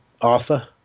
Arthur